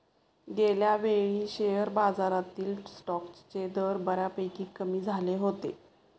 गेल्यावेळी शेअर बाजारातील स्टॉक्सचे दर बऱ्यापैकी कमी झाले होते